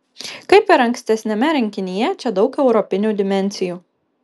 kaip ir ankstesniame rinkinyje čia daug europinių dimensijų